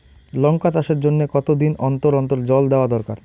লঙ্কা চাষের জন্যে কতদিন অন্তর অন্তর জল দেওয়া দরকার?